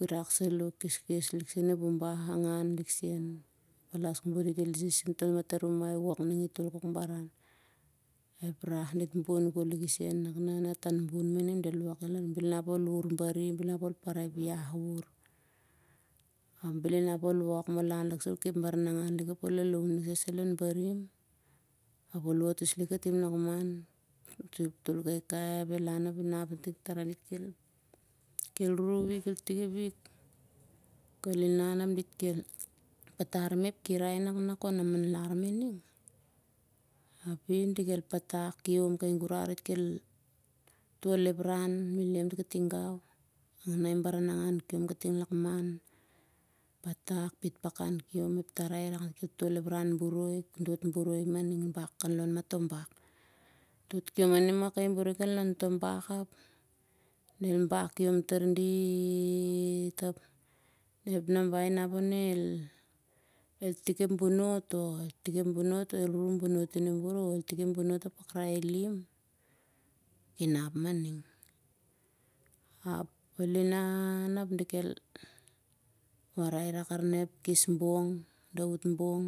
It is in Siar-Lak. Irak saloh keskes lik sen on ep ubah angan lik sen. Palas kobot dit el hisis kating on toh matarumai wok ning i tol kok baran. Del bonbon liki sen nak nah a tan bun mah. Bel unap ol wur barim bel unap ol parai ep iah wur. Ap bel inap ol wok mah ol han lik sah ol kep baranangan lik ap ol lalaum liki sai lon barim. Ap ol wot his tim lakman ap el han ap el nap on el ruru wik ap el inan ap del patar mah ep kirai mah kon amanlar mah ining. Api di kel patak kiom kai gurar dit kel tol ep ran. Hangnai baranangan kiom katim lakman patak pit pakan kiom ep tarai rak lon toh bak. Ap del bak kiom tar dit ap nah ep namba kai boroi. Ki nap mah ning ap el inan ap wara ep kes bong ep daut bong